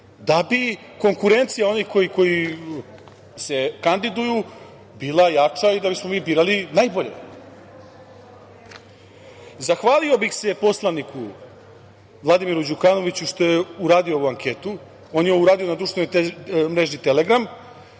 da bi konkurencija onih koji se kandiduju bila jača i da bismo mi birali najbolje. Zahvalio bih se poslaniku Vladimiru Đukanoviću što je uradio ovu anketu. On je ovo uradio na društvenoj mreži „Telegram“